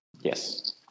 Yes